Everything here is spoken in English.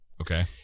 Okay